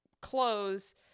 close